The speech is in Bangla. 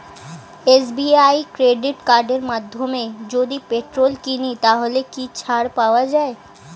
এস.বি.আই ক্রেডিট কার্ডের মাধ্যমে যদি পেট্রোল কিনি তাহলে কি ছাড় পাওয়া যায়?